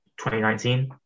2019